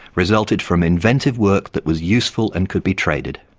resulted from inventive work that was useful and could be traded.